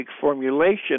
formulation